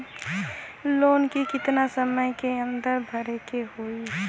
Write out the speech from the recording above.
Loan के कितना समय के अंदर भरे के होई?